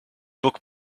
book